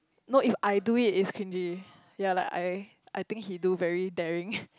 no if I do it is cringey yea like I think he do very daring